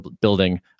building